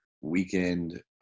weekend